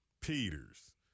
Peters